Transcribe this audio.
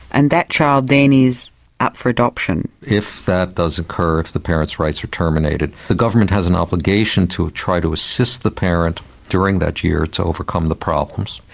and that child then is up for adoption. if that does occur, if the parent's rights are terminated, the government has an obligation to try to assist the parent during that year to overcome the problems.